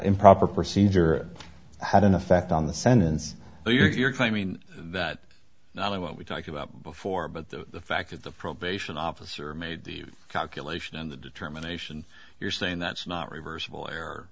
improper procedure had an effect on the sentence you're claiming that not only what we talked about before but the fact that the probation officer made the calculation and the determination you're saying that's not